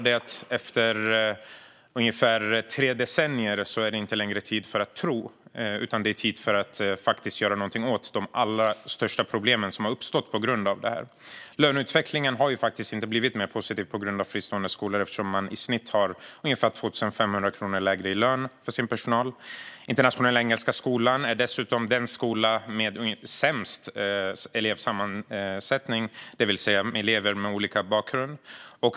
Men efter ungefär tre decennier är det inte längre tid för att tro, utan det är tid för att faktiskt göra något åt de allra största problem som har uppstått på grund av detta. Löneutvecklingen har inte blivit mer positiv tack vare fristående skolor eftersom man i snitt har ungefär 2 500 kronor lägre lön för sin personal. Internationella Engelska Skolan är dessutom den skola som har sämst elevsammansättning när det gäller elever med olika bakgrund.